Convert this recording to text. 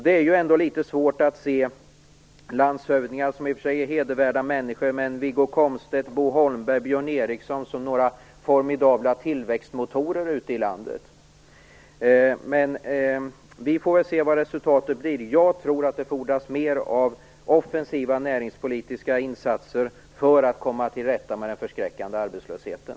Det är litet svårt att se landshövdingar, som i och för sig är hedervärda människor, t.ex. Wiggo Komstedt, Bo Holmberg och Björn Eriksson, som några formidabla tillväxtmotorer ute i landet. Men vi får väl se vad resultatet blir. Jag tror att det fordras mer av offensiva näringspolitiska insatser för att komma till rätta med den förskräckande arbetslösheten.